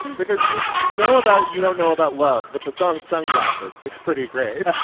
because you you know about you don't know about love, but the song sunglasses it's pretty great.